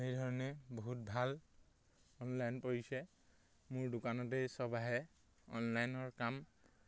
সেইধৰণে বহুত ভাল অনলাইন পৰিছে মোৰ দোকানতে চব আহে অনলাইনৰ কাম